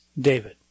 David